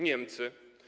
Niemcy.